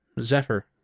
Zephyr